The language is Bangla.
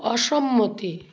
অসম্মতি